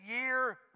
year